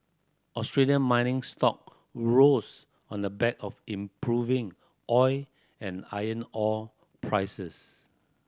Australian mining stock rose on the back of improving oil and iron ore prices